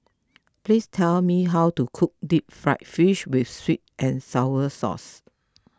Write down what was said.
please tell me how to cook Deep Fried Fish with Sweet and Sour Sauce